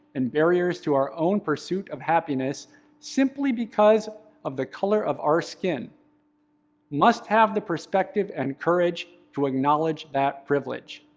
and barriers to our own pursuit of happiness simply because of the color of our skin must have the perspective and courage to acknowledge that privilege.